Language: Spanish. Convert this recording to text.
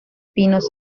pinos